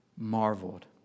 marveled